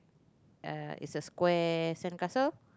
uh it's a square sandcastle